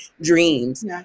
dreams